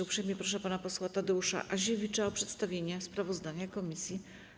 Uprzejmie proszę pana posła Tadeusza Aziewicza o przedstawienie sprawozdania komisji.